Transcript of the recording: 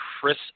Chris